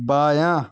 بایاں